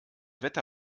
wette